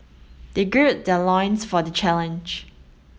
they gird their loins for the challenge